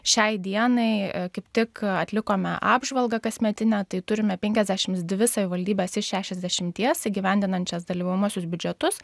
šiai dienai kaip tik atlikome apžvalgą kasmetinę tai turime penkiasdešimt dvi savivaldybės iš šešiasdešimties įgyvendinančias dalyvaujamuosius biudžetus